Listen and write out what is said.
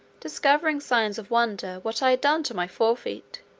discovering signs of wonder what i had done to my fore-feet.